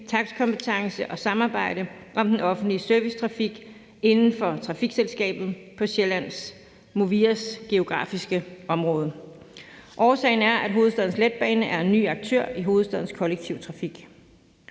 takstkompetence og samarbejde om den offentlige servicetrafik inden for trafikselskabet på Sjællands, Movias geografiske område. Årsagen er, at Hovedstadens Letbane er en ny aktør i hovedstadens kollektive trafik.